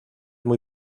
muy